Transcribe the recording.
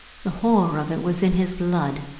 the horror of it was in his blood,